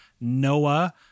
Noah